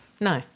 No